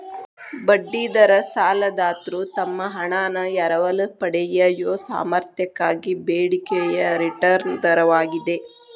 ಬಡ್ಡಿ ದರ ಸಾಲದಾತ್ರು ತಮ್ಮ ಹಣಾನ ಎರವಲು ಪಡೆಯಯೊ ಸಾಮರ್ಥ್ಯಕ್ಕಾಗಿ ಬೇಡಿಕೆಯ ರಿಟರ್ನ್ ದರವಾಗಿದೆ